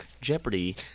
Jeopardy